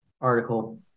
article